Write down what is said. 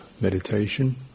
meditation